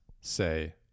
say